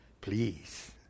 Please